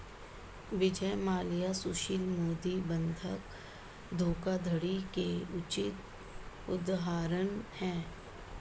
विजय माल्या सुशील मोदी बंधक धोखाधड़ी के उचित उदाहरण है